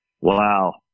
wow